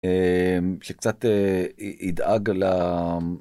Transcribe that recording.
שקצת ידאג על.